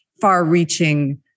far-reaching